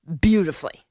beautifully